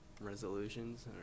resolutions